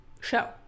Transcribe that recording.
show